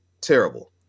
terrible